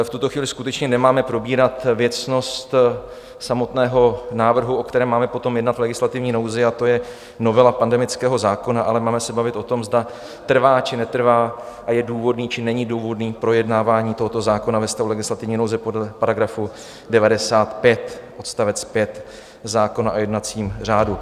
V tuto chvíli skutečně nemáme probírat věcnost samotného návrhu, o kterém máme potom jednat v legislativní nouzi, a to je novela pandemického zákona, ale máme se bavit o tom, zda trvá, či netrvá a je důvodné, či není důvodné projednávání tohoto zákona ve stavu legislativní nouze podle § 95 odst. 5 zákona o jednacím řádu.